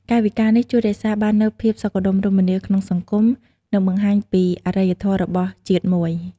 កាយវិការនេះជួយរក្សាបាននូវភាពសុខដុមរមនាក្នុងសង្គម និងបង្ហាញពីអរិយធម៌របស់ជាតិមួយ។